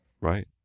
Right